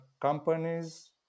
companies